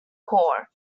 core